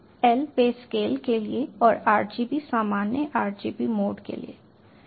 L पे scale के लिए है और RGB सामान्य RGB मोड के लिए है